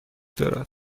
دارد